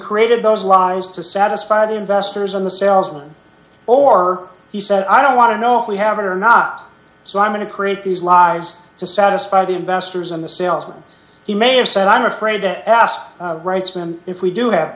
created those lies to satisfy the investors on the salesman or he said i don't want to know if we have it or not so i'm going to create these lives to satisfy the investors and the salesman the mayor said i'm afraid to ask it's been if we do have